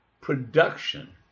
production